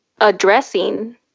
addressing